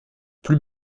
plus